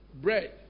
bread